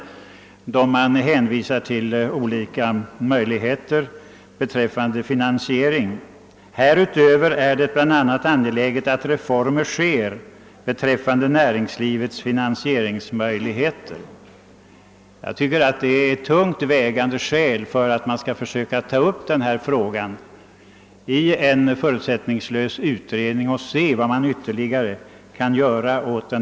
Efter att ha pekat på olika angelägna åtgärder uttalar Arbetsgivareföreningen: »Härutöver är det bland annat angeläget att reformer sker beträffande näringslivets finansieringsmöjligheter.» Jag tycker att detta är ett tungt vägande skäl för att ta upp denna fråga till förutsättningslös utredning och se vad som ytterligare kan göras.